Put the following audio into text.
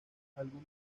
algún